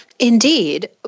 Indeed